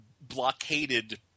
blockaded –